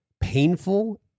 painful